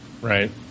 Right